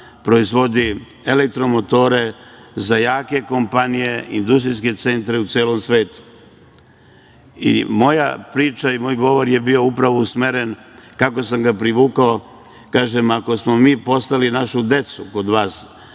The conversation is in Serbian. Proizvodi elektromotore za jake kompanije, industrijske centre u celom svetu. Moja priča i moj govor je bio upravo usmeren, kako sam ga privukao, kažem, ako smo mi poslali našu decu kod vas